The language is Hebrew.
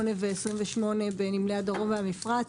8 ו-28 בנמלי הדרום והמפרץ,